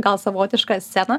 gal savotišką sceną